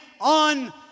on